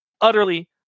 utterly